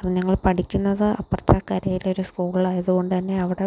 അന്ന് ഞങ്ങൾ പഠിക്കുന്നത് അപ്പുറത്തെ കരയിലെ ഒരു സ്കൂളിലായതുകൊണ്ടു തന്നെ അവിടെ